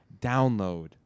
download